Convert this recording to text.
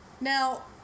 Now